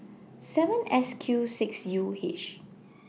seven S Q six U H